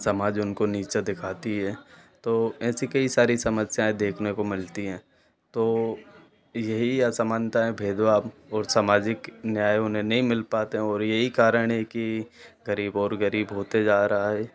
समाज उनको नीचा देखाता है तो ऐसी कई सारी समस्यायें देखने को मिलती हैं तो यही आसमानताएं भेद भाव और सामाजिक न्याय उन्हें नहीं मिल पाते हैं और यही कारण है कि ग़रीब और ग़रीब होते जा रहा है